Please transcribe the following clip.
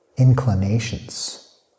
inclinations